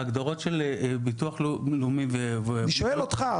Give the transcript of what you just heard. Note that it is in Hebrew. ההגדרות של ביטוח לאומי --- אני שואל אותך.